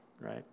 right